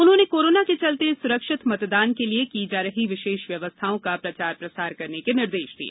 उन्होंने कोरोना के चलते सुरक्षित मतदान के लिये की जा रही विशेष व्यवस्थाओं का प्रचार प्रसार करने के निर्देश दिए